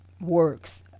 works